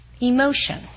emotion